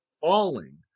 falling